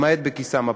למעט בכיסם הפרטי.